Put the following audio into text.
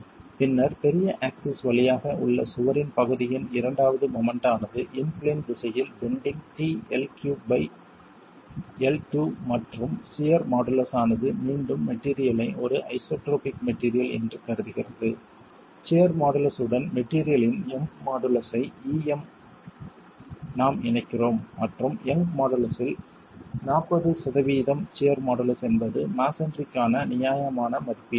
பின்னர் பெரிய ஆக்சிஸ் வழியாக உள்ள சுவரின் பகுதியின் இரண்டாவது மொமெண்ட் ஆனது இன் பிளேன் திசையில் பெண்டிங் tL312 மற்றும் சியர் மாடுலஸ் ஆனது மீண்டும் மெட்டிரியல் ஐ ஒரு ஐசோட்ரோபிக் மெட்டிரியல் என்று கருதுகிறது சியர் மாடுலஸ் உடன் மெட்டிரியளின் யங் மாடுலஸை Em நாம் இணைக்கிறோம் மற்றும் யங்கின் மாடுலஸில் 40 சதவீதம் சியர் மாடுலஸ் என்பது மஸோன்றிக்கான நியாயமான மதிப்பீடாகும்